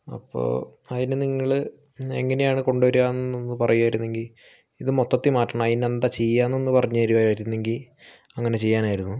അപ്പോൾ അതിനു നിങ്ങള് എങ്ങനെയാണ് കൊണ്ട് വരികാന്നൊന്ന് പറയുവായിരുന്നെങ്കിൽ ഇതു മൊത്തത്തിൽ മാറ്റണം അതിനെന്താണ് ചെയ്യുക എന്നൊന്ന് പറഞ്ഞരുമായിരുന്നെങ്കിൽ അങ്ങനെ ചെയ്യാനായിരുന്നു